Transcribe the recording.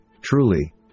truly